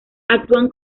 actúan